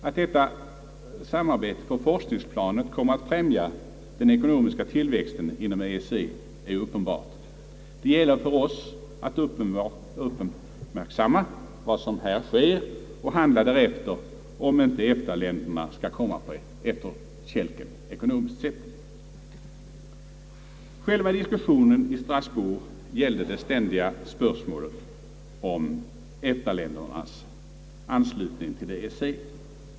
Att detta samarbete på forskningsplanet kommer att främja den ekonomiska tillväxttakten inom EEC är uppenbart. Det gäller för oss att uppmärksamma vad som här sker och handla därefter, om EFTA inte skall komma på efterkälken, ekonomiskt sett. Själva diskussionen i Strasbourg gällde det ständiga spörsmålet om EFTA ländernas anslutning till EEC.